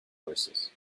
verses